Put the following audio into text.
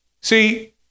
See